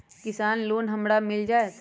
किसान लोन हमरा मिल जायत?